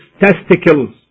testicles